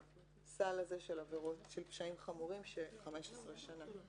לסל הזה של פשעים חמורים שהעונש עליהם הוא 15 שנה.